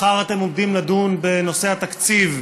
מחר אתם עומדים לדון בנושא התקציב,